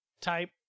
type